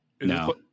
No